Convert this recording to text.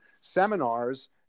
seminars